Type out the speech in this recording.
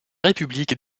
république